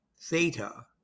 theta